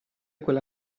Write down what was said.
quella